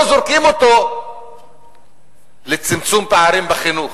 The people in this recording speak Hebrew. לא זורקים אותו לצמצום פערים בחינוך,